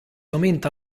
aumenta